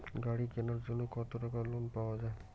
গাড়ি কিনার জন্যে কতো টাকা লোন পাওয়া য়ায়?